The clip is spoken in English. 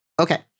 Okay